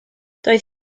doedd